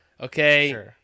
okay